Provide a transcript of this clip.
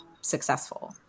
successful